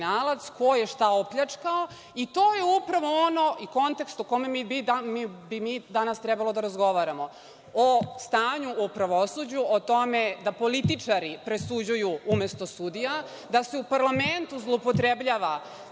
ko je šta opljačkao. To je upravo onaj kontekst u kome bi mi danas trebali da razgovaramo. O stanju u pravosuđu, o tome da političari presuđuju umesto sudija, da se u parlamentu zloupotrebljava